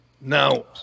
Now